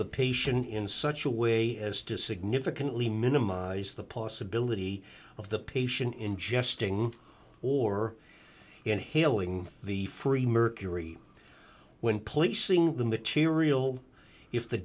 the patient in such a way as to significantly minimize the possibility of the patient ingesting or inhaling the free mercury when placing the material if the